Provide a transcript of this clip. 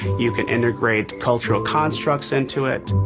you can integrate cultural constructs into it.